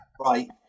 Right